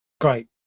great